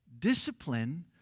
Discipline